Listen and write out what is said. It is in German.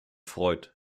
freud